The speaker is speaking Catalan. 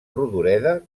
rodoreda